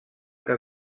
que